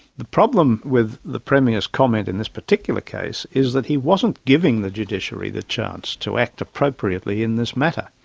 the problem with the premier's comment in this particular case is that he wasn't giving the judiciary the chance to act appropriately in this matter.